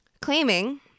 claiming